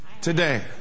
today